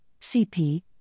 CP